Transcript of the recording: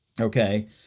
okay